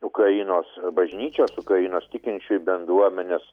ukrainos bažnyčios ukrainos tikinčiųjų bendruomenes